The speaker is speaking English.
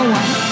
one